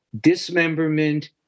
dismemberment